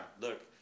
look